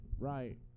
Right